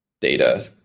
data